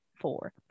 Four